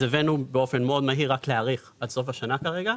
אז הבאנו באופן מאוד מהיר רק להאריך עד סוף השנה כרגע,